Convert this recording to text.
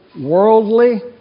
worldly